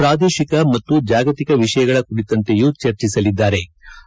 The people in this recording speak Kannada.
ಪ್ರಾದೇಶಿಕ ಮತ್ತು ಜಾಗತಿಕ ವಿಷಯಗಳ ಕುರಿತಂತೆಯೂ ಚರ್ಚಿಸಲಿದ್ಗಾರೆ